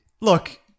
Look